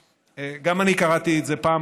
גם אני קראתי את זה פעם,